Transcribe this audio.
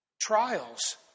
Trials